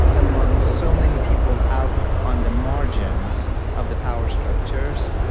among so many people out on the margins of the power structures,